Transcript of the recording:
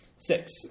Six